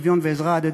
שוויון ועזרה הדדית.